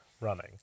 running